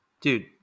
dude